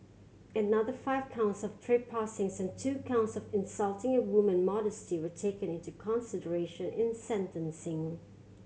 another five counts of trespassing and two counts of insulting a woman modesty were taken into consideration in sentencing